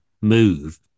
move